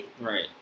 Right